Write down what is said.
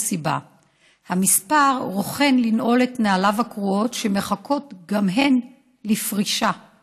סיבה / המספר רוכן לנעול את נעליו הקרועות שמחכות גם הן לפרישה /